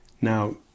Now